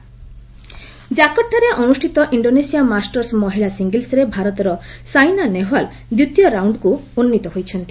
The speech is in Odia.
ବ୍ୟାଡମିଣ୍ଟନ ଜାକର୍ତ୍ତାରେ ଅନୁଷ୍ଠିତ ଇଣ୍ଡୋନେସିଆା ମାଷ୍ଟର୍ସ ମହିଳା ସିଙ୍ଗଲ୍ସରେ ଭାରତର ସାଇନା ନେହୱାଲ ଦ୍ୱିତୀୟ ରାଉଣ୍ଡକୁ ଉନ୍ନୀତ ହୋଇଛନ୍ତି